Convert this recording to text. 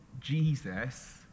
Jesus